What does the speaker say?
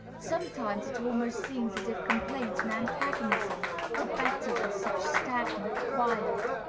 sometimes it almost seems as if complaints and antagonism were better than such stagnant quiet.